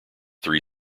three